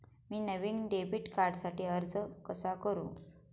मी नवीन डेबिट कार्डसाठी अर्ज कसा करू?